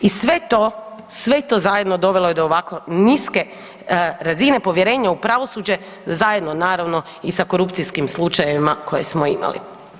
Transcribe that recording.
I sve to zajedno, dovelo je do ovako niske razine povjerenja u pravosuđe zajedno naravno i sa korupcijskih slučajevima koje smo imali.